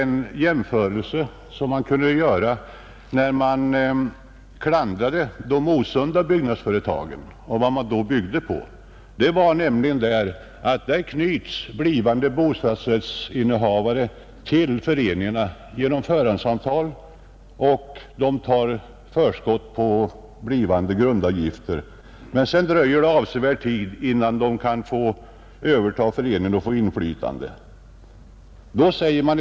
När man klandrar de osunda byggnadsföretagen baserar man detta klander på det förhållandet att de blivande bostadsrättsinnehavarna knyts till föreningarna genom förhandssamtal och då får betala förskott på blivande grundavgifter. Sedan dröjer det avsevärd tid innan de kan få överta föreningen och utöva inflytande på det hela.